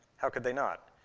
how could they not?